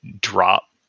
drop